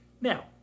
Now